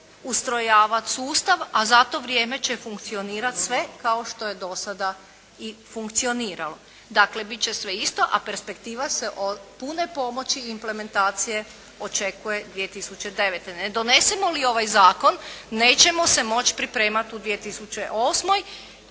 ustrojavati sustav, a za to vrijeme će funkcionirati sve kao što je do sada i funkcioniralo. Dakle bit će sve isto, a perspektiva se pune pomoći implementacije očekuje 2009. Ne donesemo li ovaj Zakon nećemo se moći pripremati u 2008.